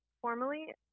formally